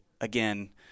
again